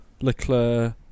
Leclerc